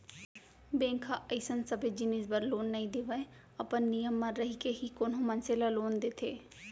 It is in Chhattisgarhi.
बेंक ह अइसन सबे जिनिस बर लोन नइ देवय अपन नियम म रहिके ही कोनो मनसे ल लोन देथे